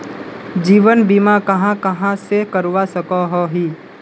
जीवन बीमा कहाँ कहाँ से करवा सकोहो ही?